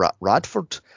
Radford